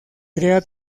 crea